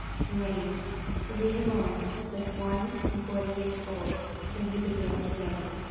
and reigned for rehoboam was one and forty years old when he began to reign,